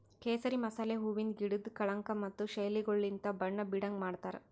ಕೇಸರಿ ಮಸಾಲೆ ಹೂವಿಂದ್ ಗಿಡುದ್ ಕಳಂಕ ಮತ್ತ ಶೈಲಿಗೊಳಲಿಂತ್ ಬಣ್ಣ ಬೀಡಂಗ್ ಮಾಡ್ತಾರ್